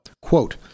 Quote